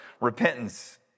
repentance